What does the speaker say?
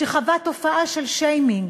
שחווה תופעה של שיימינג.